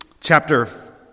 chapter